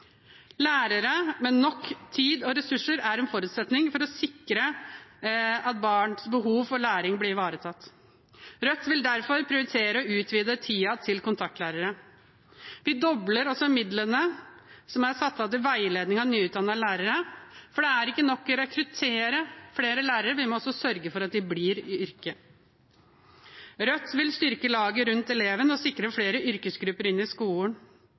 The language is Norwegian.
Lærere med nok tid og ressurser er en forutsetning for å sikre at barns behov for læring blir ivaretatt. Rødt vil derfor prioritere å utvide tiden til kontaktlærerne. Vi dobler også midlene som er satt av til veiledning av nyutdannede lærere, for det er ikke nok å rekruttere flere lærere, vi må også sørge for at de blir i yrket. Rødt vil styrke laget rundt eleven og sikre flere yrkesgrupper inn i skolen.